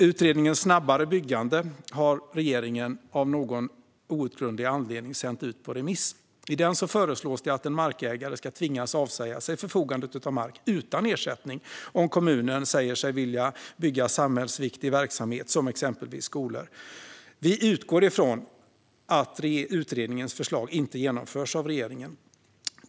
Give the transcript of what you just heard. Utredningen Ett snabbare bostadsbyggande har regeringen av någon outgrundlig anledning sänt ut på remiss. I den föreslås det att en markägare ska tvingas avsäga sig förfogandet över mark utan ersättning om kommunen säger sig vilja bygga samhällsviktig verksamhet, exempelvis skolor. Vi utgår ifrån att utredningens förslag inte genomförs av regeringen.